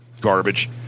garbage